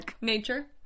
Nature